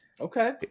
Okay